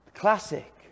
classic